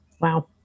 Wow